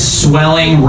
swelling